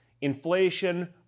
Inflation